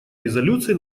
резолюции